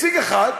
הציג אחת,